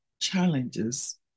challenges